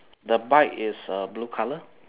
the bike is uh blue colour